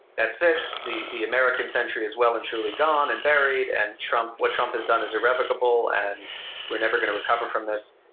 that's ah it, the american century is well and truly gone and buried, and trump, what trump has done is irrevocable, and we're never going to recover from this.